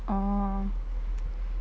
orh